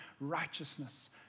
righteousness